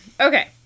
Okay